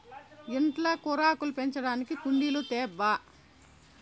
ఇంట్ల కూరాకులు పెంచడానికి కుండీలు తేబ్బా